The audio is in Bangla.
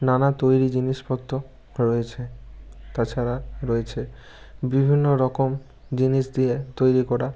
নানা তৈরি জিনিসপত্র রয়েছে তাছাড়া রয়েছে বিভিন্ন রকম জিনিস দিয়ে তৈরি করা